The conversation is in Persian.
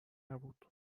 نبود